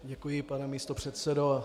Děkuji, pane místopředsedo.